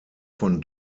von